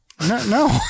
No